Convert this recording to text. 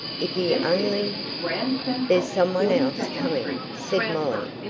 if he only there's some one else coming, said molly.